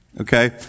okay